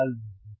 अलविदा